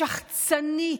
השחצנית,